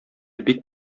бик